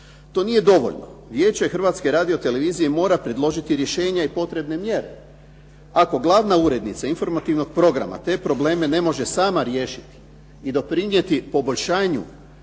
To nije dovoljno. Vijeće Hrvatske radiotelevizije mora predložiti rješenja i potrebne mjere. Ako glavna urednica informativnog programa te probleme ne može sama riješiti i doprinijeti poboljšanju,